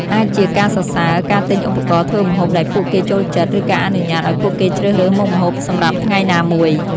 អាចជាការសរសើរ ការទិញឧបករណ៍ធ្វើម្ហូបដែលពួកគេចូលចិត្ត ឬការអនុញ្ញាតឱ្យពួកគេជ្រើសរើសមុខម្ហូបសម្រាប់ថ្ងៃណាមួយ។